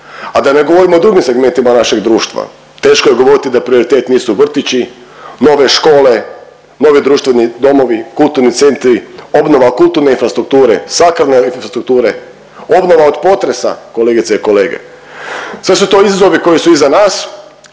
a da ne govorimo o drugim segmentima našeg društva, teško je govoriti da prioritet nisu vrtići, nove škole, novi društveni domovi, kulturni centri, obnova kulturne infrastrukture, svakodnevne infrastrukture, obnova od potresa, kolegice i kolege, sve su to izazovi koji su iza nas